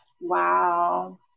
Wow